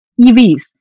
EVs